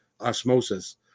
osmosis